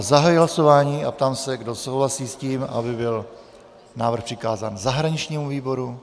Zahajuji hlasování a ptám se, kdo souhlasí s tím, aby byl návrh přikázán zahraničnímu výboru.